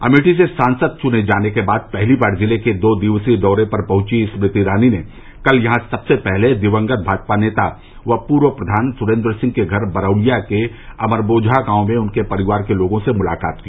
अमेठी से सांसद चुने जाने के बाद पहली बार जिले के दो दिवसीय दौरे पर पहुंची स्मृति ईरानी ने कल यहाँ सबसे पहले दिवंगत भाजपा नेता व पूर्व प्रधान सुरेन्द्र सिंह के घर बरौलिया के अमरबोझा गाँव में उनके परिवार के लोगों से मुलाकात की